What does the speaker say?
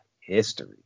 history